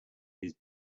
his